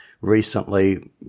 recently